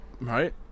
right